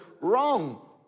wrong